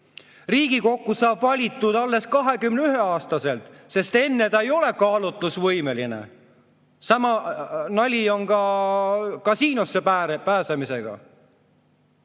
Riigikokku saab valitud olla alles 21-aastaselt, sest enne ta ei ole kaalutlusvõimeline. Sama nali on ka kasiinosse pääsemisega.